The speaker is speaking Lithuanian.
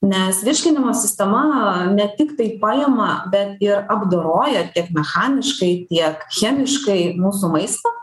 nes virškinimo sistema ne tiktai paima bet ir apdoroja tiek mechaniškai tiek chemiškai mūsų maistą